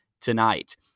tonight